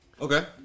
Okay